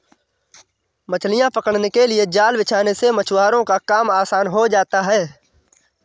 मछलियां पकड़ने के लिए जाल बिछाने से मछुआरों का काम आसान हो जाता है